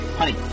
Honey